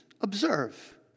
Observe